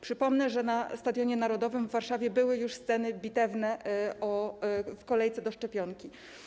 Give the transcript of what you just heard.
Przypomnę, że na Stadionie Narodowym w Warszawie były już sceny bitewne w kolejce do szczepienia.